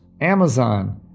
Amazon